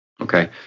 Okay